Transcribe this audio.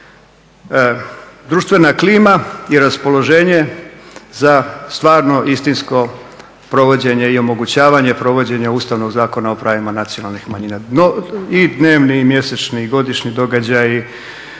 društvena klima i raspoloženje za stvarno istinsko provođenje i omogućavanje provođenja Ustavnog zakona o pravima nacionalnih manjina. No, i dnevni i mjesečni i godišnji događaji